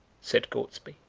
said gortsby,